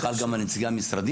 זה חל גם על נציגי המשרדים?